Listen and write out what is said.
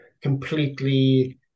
completely